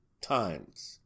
times